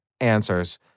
answers